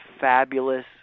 fabulous